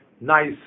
nice